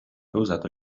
causato